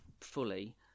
fully